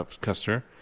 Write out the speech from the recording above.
Custer